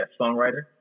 songwriter